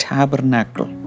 Tabernacle